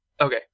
Okay